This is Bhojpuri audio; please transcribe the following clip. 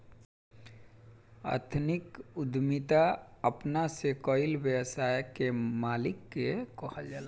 एथनिक उद्यमिता अपना से कईल व्यवसाय के मालिक के कहल जाला